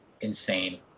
insane